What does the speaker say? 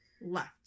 left